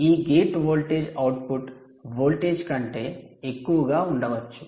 ఈ gate voltage output voltage కంటే ఎక్కువగా ఉండవచ్చు